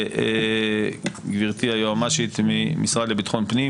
גברתי היועמ"שית ממשרד לביטחון פנים.